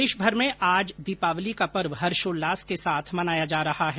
प्रदेशभर में आज दीपावली का पर्व हर्षोल्लास के साथ मनाया जा रहा है